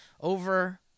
Over